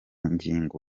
ngingo